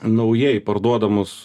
naujai parduodamus